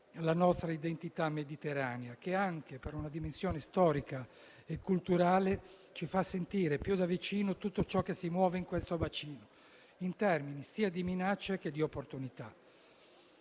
la nostra identità mediterranea, che anche per una dimensione storica e culturale ci fa sentire più da vicino tutto ciò che si muove in questo bacino in termini sia di minacce che di opportunità.